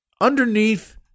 underneath